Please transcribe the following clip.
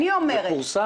זה פורסם.